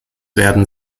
werden